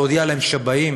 להודיע להם שבאים,